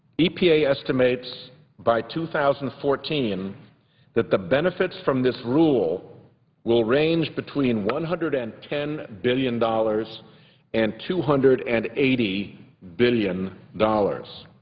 e p a. estimates by two thousand and fourteen that the benefits from this rule will range between one hundred and ten billion dollars and two hundred and eighty billion dollars.